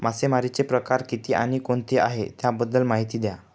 मासेमारी चे प्रकार किती आणि कोणते आहे त्याबद्दल महिती द्या?